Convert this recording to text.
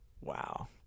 wow